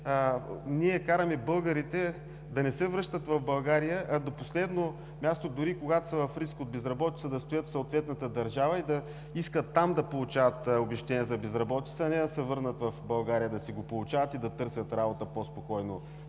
ние караме българите да не се връщат в България, а до последно – дори и когато са в риск от безработица – да стоят в съответната държава и да искат там да получават обезщетение за безработица, а не да се върнат в България да си го получават и да търсят работа по-спокойно